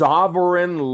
Sovereign